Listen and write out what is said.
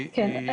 כן.